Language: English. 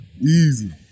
easy